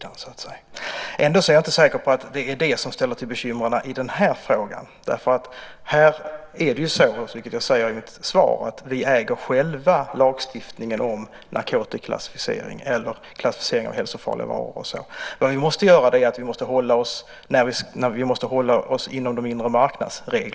Ändå är jag inte säker på att det är det som ställer till bekymren i den här frågan, därför att här är det så, vilket jag säger i mitt svar, att vi själva äger lagstiftningen om narkotikaklassificering eller klassificering av hälsofarliga varor. Vad vi måste göra är att vi måste hålla oss inom reglerna för den inre marknaden.